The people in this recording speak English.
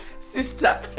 sister